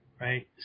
right